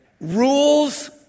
Rules